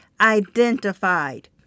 identified